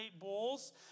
Bulls